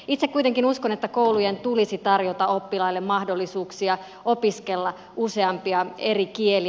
itse kuitenkin uskon että koulujen tulisi tarjota oppilaille mahdollisuuksia opiskella useampia eri kieliä